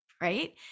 right